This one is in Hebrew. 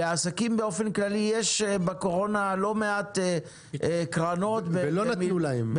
לעסקים באופן כללי יש בקורונה לא מעט קרנות במיליארדים,